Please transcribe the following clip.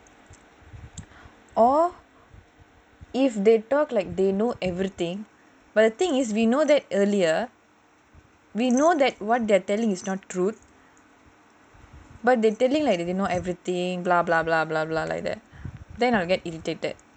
or if they talk like they know everything but the thing is we know that earlier we know that what they're telling is not true but telling like they know everything like that then I will get irritated